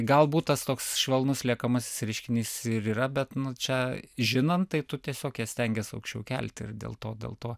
galbūt tas toks švelnus liekamasis reiškinys ir yra bet čia žinant tai tu tiesiog ją stengies aukščiau kelti ir dėl to dėl to